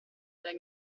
della